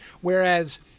Whereas